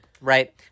right